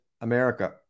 America